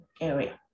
area